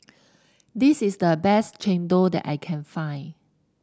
this is the best Chendol that I can find